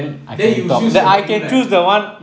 then you choose what you like